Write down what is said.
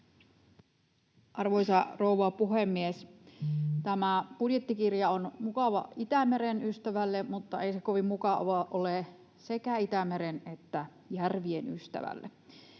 Arvoisa rouva puhemies! Tämä budjettikirja on mukava Itämeren ystävälle, mutta ei se kovin mukava ole sekä Itämeren että järvien ystävälle.